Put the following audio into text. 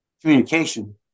communication